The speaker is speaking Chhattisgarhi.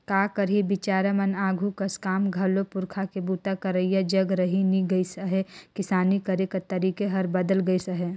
का करही बिचारा मन आघु कस काम घलो पूरखा के बूता करइया जग रहि नी गइस अहे, किसानी करे कर तरीके हर बदेल गइस अहे